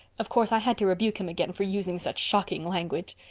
of course, i had to rebuke him again for using such shocking language.